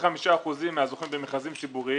25% מהזוכים במכרזים ציבוריים,